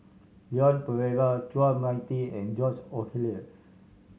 Leon Perera Chua Mia Tee and George Oehlers